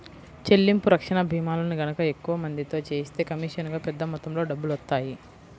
చెల్లింపు రక్షణ భీమాలను గనక ఎక్కువ మందితో చేయిస్తే కమీషనుగా పెద్ద మొత్తంలో డబ్బులొత్తాయి